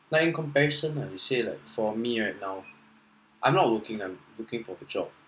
like in comparison lah you say like for me right now I'm not looking I'm looking for the job